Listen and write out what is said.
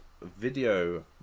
video